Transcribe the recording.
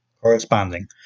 Corresponding